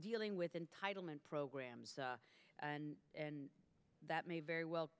dealing with entitlement programs and that may very well